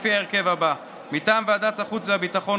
לפי ההרכב הזה: מטעם ועדת החוץ והביטחון,